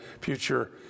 future